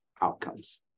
outcomes